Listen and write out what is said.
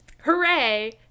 hooray